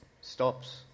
stops